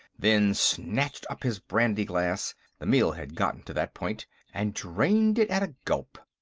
then snatched up his brandy-glass the meal had gotten to that point and drained it at a gulp.